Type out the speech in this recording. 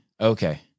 Okay